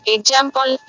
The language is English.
Example